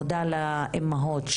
מודה לאימהות.